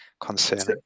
concerning